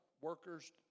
workers